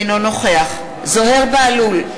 אינו נוכח זוהיר בהלול,